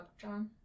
john